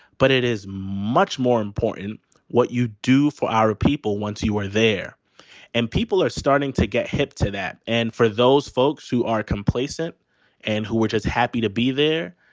but it is much more important what you do for our people once you are there and people are starting to get hip to that. and for those folks who are complacent and who were just happy to be there,